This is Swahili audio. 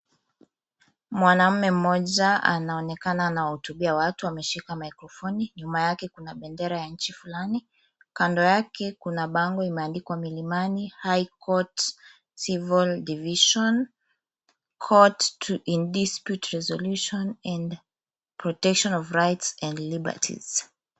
Mwanamume mmoja anaonekana anawahutubiwa watu ameshika maikrofoni. Nyuma yake kuna bendera ya nchi fulani. Kando yake kuna bango limeandikwa Milimani high court civil division court to indispute resolutions and protection of rights and liberties .